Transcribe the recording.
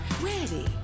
ready